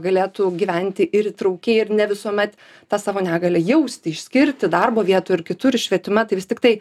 galėtų gyventi ir įtraukiai ir ne visuomet tą savo negalią jausti išskirti darbo vietoj ir kitur ir švietime tai vis tiktai